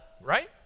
right